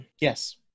Yes